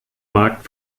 markt